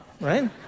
right